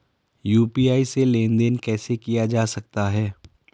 UPI से लेनदेन कैसे किया जा सकता है?